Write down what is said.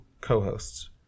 co-hosts